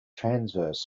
transverse